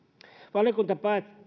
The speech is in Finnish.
valiokunta